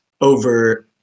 over